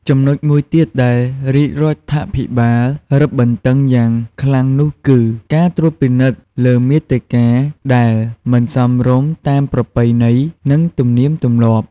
ចំណុចមួយទៀតដែលរាជរដ្ឋាភិបាលរឹតបន្តឹងយ៉ាងខ្លាំងនោះគឺ ការត្រួតពិនិត្យលើមាតិកាដែលមិនសមរម្យតាមប្រពៃណី និងទំនៀមទម្លាប់។